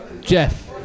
Jeff